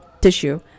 tissue